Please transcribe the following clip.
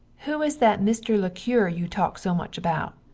who is that mr. le cure you talk so much about?